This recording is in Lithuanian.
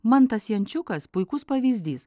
mantas jančiukas puikus pavyzdys